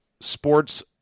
sports